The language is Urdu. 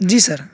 جی سر